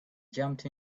jumped